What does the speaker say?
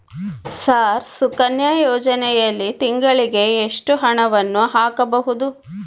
Sir Sukanya ಯೋಜನೆಯಲ್ಲಿ ತಿಂಗಳಿಗೆ ಎಷ್ಟು ಹಣವನ್ನು ಹಾಕಬಹುದು?